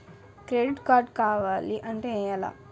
Credit card కావాలి అంటే ఎలా?